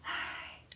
!hais!